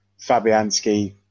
Fabianski